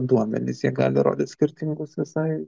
duomenys jie gali rodyt skirtingus visai